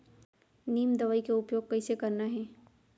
नीम दवई के उपयोग कइसे करना है?